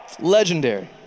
Legendary